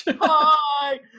hi